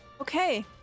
Okay